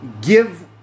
Give